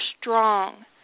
strong